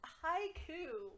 haiku